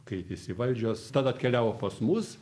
keitėsi valdžios tada atkeliavo pas mus